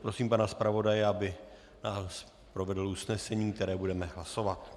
Prosím pana zpravodaje, aby nás provedl usnesením, o kterém budeme hlasovat.